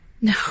No